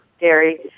Gary